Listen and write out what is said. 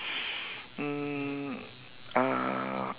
um uh